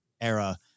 era